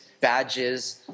badges